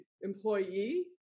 employee